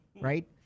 right